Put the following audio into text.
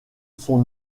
son